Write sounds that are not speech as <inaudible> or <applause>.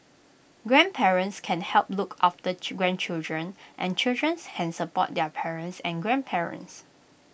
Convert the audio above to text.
grandparents can help look after <hesitation> grandchildren and children can support their parents and grandparents